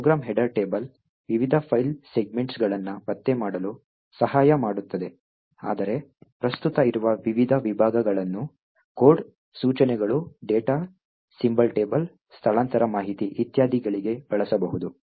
program header table ವಿವಿಧ file ಸೆಗ್ಮೆಂಟ್ಗಳನ್ನು ಪತ್ತೆ ಮಾಡಲು ಸಹಾಯ ಮಾಡುತ್ತದೆ ಆದರೆ ಪ್ರಸ್ತುತ ಇರುವ ವಿವಿಧ ವಿಭಾಗಗಳನ್ನು ಕೋಡ್ ಸೂಚನೆಗಳು ಡೇಟಾ ಸಿಂಬಲ್ ಟೇಬಲ್ ಸ್ಥಳಾಂತರ ಮಾಹಿತಿ ಇತ್ಯಾದಿಗಳಿಗೆ ಬಳಸಬಹುದು